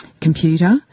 computer